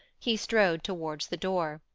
he strode towards the door.